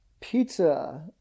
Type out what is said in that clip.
pizza